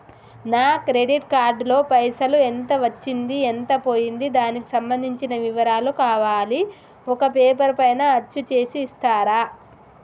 నా credit card లో పైసలు ఎంత వచ్చింది ఎంత పోయింది దానికి సంబంధించిన వివరాలు కావాలి ఒక పేపర్ పైన అచ్చు చేసి ఇస్తరా?